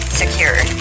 secure